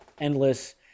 endless